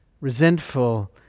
resentful